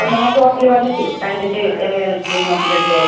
അപ്പോൾ നിങ്ങൾ ഷോപ്പിൽ വന്നിട്ട് കണ്ടിട്ട് എങ്ങനെയാണെന്ന് വെച്ചിട്ട് നോക്കിയിട്ട് എടുത്തോളൂ